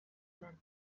zen